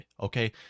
Okay